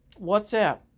WhatsApp